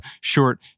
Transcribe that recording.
short